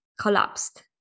collapsed